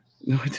No